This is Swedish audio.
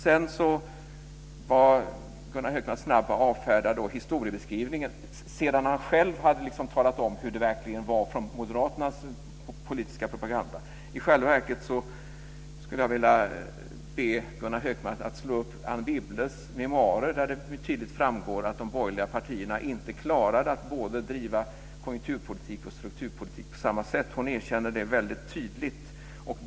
Sedan var Gunnar Hökmark snabb med att avfärda historieskrivningen efter att han själv med utgångspunkt i moderaternas politiska propaganda hade talat om hur det verkligen gick till. Jag vill be Gunnar Hökmark att slå upp Anne Wibbles memoarer där det tydligt framgår att de borgerliga partierna inte klarade att driva både konjunkturpolitik och strukturpolitik på samma gång. Hon erkände detta väldigt tydligt.